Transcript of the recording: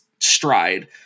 stride